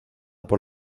por